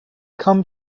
come